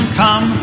come